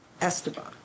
Esteban